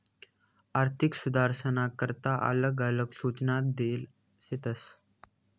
आर्थिक सुधारसना करता आलग आलग सूचना देल शेतस